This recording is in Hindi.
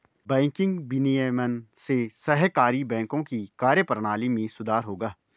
बैंकिंग विनियमन से सहकारी बैंकों की कार्यप्रणाली में सुधार होगा